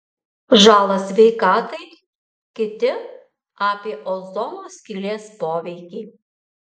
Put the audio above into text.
žalą sveikatai kiti apie ozono skylės poveikį